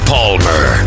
Palmer